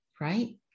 right